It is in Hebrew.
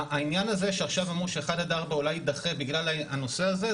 העניין הזה שעכשיו אמרו ש-1-4 אולי יידחה בגלל הנושא הזה,